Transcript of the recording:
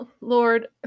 Lord